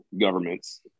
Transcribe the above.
governments